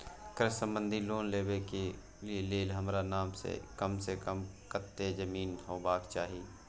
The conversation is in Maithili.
कृषि संबंधी लोन लेबै के के लेल हमरा नाम से कम से कम कत्ते जमीन होबाक चाही?